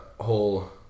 whole